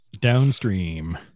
Downstream